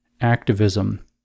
activism